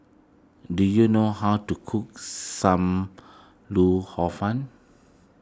do you know how to cook Sam Lau Hor Fun